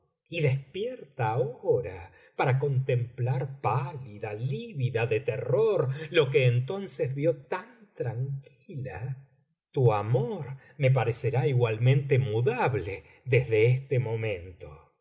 y despierta ahora para contemplar pálida lívida de terror lo que entonces vio tan tranquila tu amor me parecerá igualmente mudable desde este momento